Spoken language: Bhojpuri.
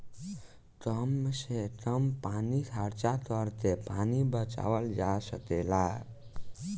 कम से कम पानी खर्चा करके पानी बचावल जा सकेला